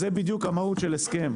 זו בדיוק המהות של ההסכם.